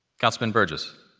councilman burgess?